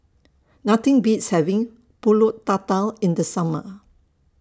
Nothing Beats having Pulut Tatal in The Summer